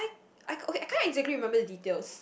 I okay I can't exactly remember the details